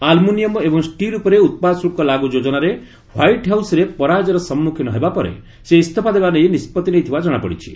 aluminium ଏବଂ steel ଉପରେ ଉତ୍ପାଦ ଶୁଳ୍କ ଲାଗୁ ଯୋଜନାରେ ହ୍ୱାଇଟ୍ ହାଉସ୍ରେ ପରାଜୟର ସମ୍ମୁଖୀନ ହେବା ପରେ ସେ ଇସଫା ଦେବା ନେଇ ନିଷ୍ପଭି ନେଇଥିବା ଜଣାପଡ଼ିଛି